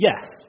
yes